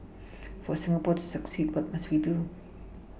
for Singapore to succeed what must we do